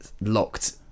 locked